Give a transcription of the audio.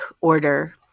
order